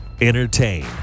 entertain